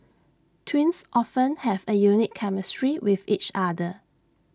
twins often have A unique chemistry with each other